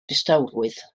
distawrwydd